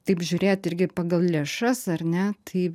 taip žiūrėt irgi pagal lėšas ar ne tai